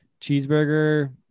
cheeseburger